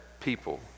people